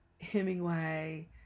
hemingway